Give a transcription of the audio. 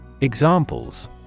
Examples